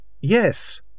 Yes